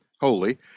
holy